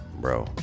Bro